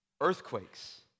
earthquakes